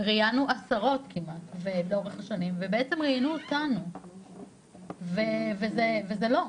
ראיינו עשרות כמעט לאורך השנים ובעצם ראיינו אותנו וזה לא.